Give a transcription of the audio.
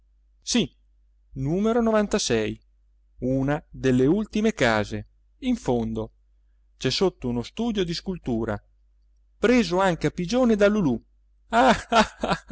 sì numero una delle ultime case in fondo c'è sotto uno studio di scultura preso anche a pigione da lulù ah ah